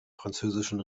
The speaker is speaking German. französischen